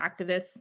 activists